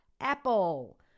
Apple